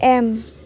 M